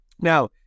Now